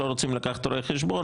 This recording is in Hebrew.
לא רוצים לקחת רואה חשבון,